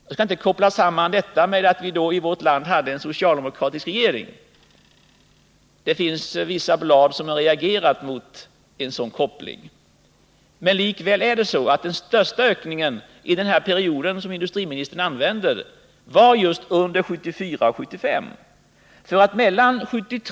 Jag skall inte koppla samman detta med att vi då i vårt land hade en socialdemokratisk regering — det finns vissa blad som reagerat mot en sådan koppling. Men likväl är det så att den största ökningen under den period som industriministern talar om förekommer just under 1974 och 1975.